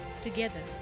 Together